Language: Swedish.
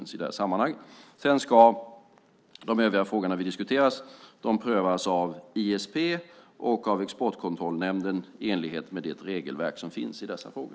Sedan ska de övriga frågor vi diskuterar prövas av ISP och av Exportkontrollnämnden i enlighet med det regelverk som finns för dessa frågor.